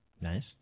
Nice